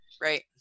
Right